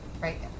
Right